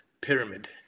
pyramid